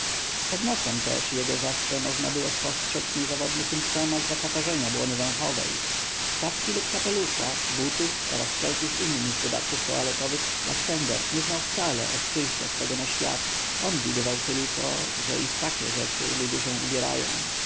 pod nosem też jego zawsze można było spostrzedz niezawodny symptomat zakatarzenia błony węchowej czapki lub kapelusza butów oraz wszelkich innych dodatków toaletowych laksender nie znał wcale od przyjścia swego na świat on widywał tylko że i w takie rzeczy ludzie się ubierają